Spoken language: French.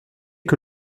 que